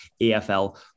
EFL